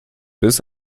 bis